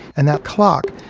and that clock,